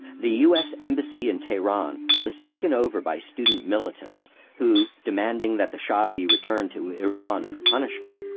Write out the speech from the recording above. the u s. embassy in teheran was taken over by student militants who, demanding that the shah be returned to iran for punishment,